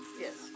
Yes